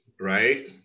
Right